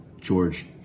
George